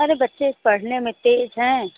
अरे बच्चे पढ़ने में तेज़ हैं